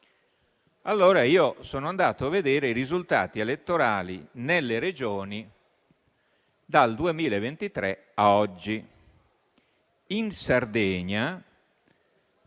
allora andato a vedere i risultati elettorali nelle Regioni dal 2023 a oggi. La Sardegna,